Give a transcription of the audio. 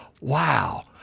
Wow